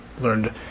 learned